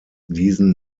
diesen